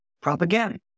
Propaganda